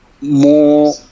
more